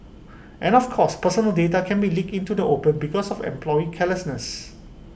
and of course personal data can be leaked into the open because of employee carelessness